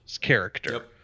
character